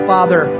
Father